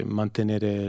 mantenere